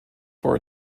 for